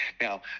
now